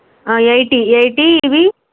eighty eighty ఇవి